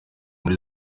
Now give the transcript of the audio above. muri